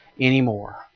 anymore